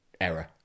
Error